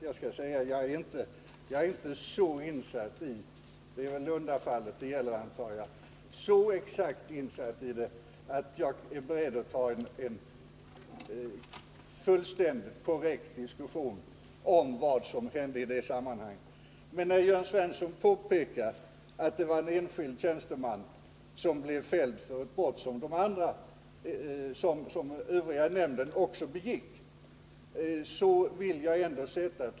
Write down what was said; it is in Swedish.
Jag är inte så insatt i det — det är väl Lundafallet det gäller, antar jag — att jag är beredd att ta en diskussion om vad som hände i det sammanhanget. Men jag vill ändå sätta ett litet frågetecken för Jörn Svenssons påstående att en enskild tjänsteman blev fälld för ett brott som övriga i nämnden också begick.